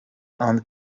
and